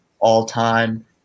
all-time